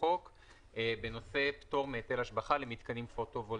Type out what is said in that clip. החוק בנושא פטור מהיטל השבחה למתקנים פוטו-וולטאים.